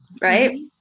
Right